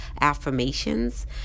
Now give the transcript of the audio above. affirmations